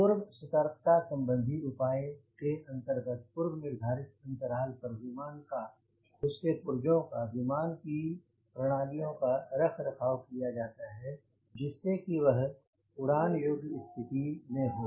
पूर्व सतर्कता संबंधी उपाय के अंतर्गत पूर्व निर्धारित अंतराल पर विमान का उसके पुर्जों का विमान की प्रणालियों का रखरखाव किया जाता है जिससे कि वह उड़ान योग्य स्थिति में हो